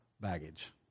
baggage